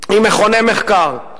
עם מכוני מחקר.